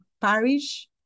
parish